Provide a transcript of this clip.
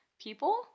people